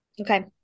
Okay